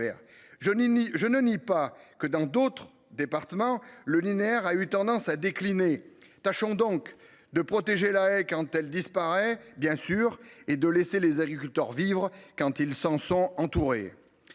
Je ne nie pas que, dans d’autres départements, le linéaire a eu tendance à décliner. Veillons donc à protéger les haies quand elles disparaissent, bien sûr, et à laisser les agriculteurs vivre quand ils en sont entourés